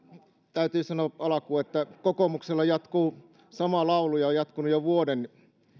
täytyy sanoa alkuun että kokoomuksella jatkuu sama laulu ja on jatkunut jo vuoden